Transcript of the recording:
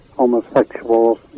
homosexuals